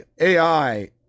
AI